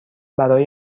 برای